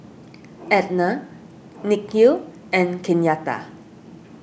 Etna Nikhil and Kenyatta